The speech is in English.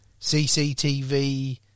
CCTV